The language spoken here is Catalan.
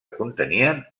contenien